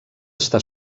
està